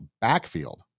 backfield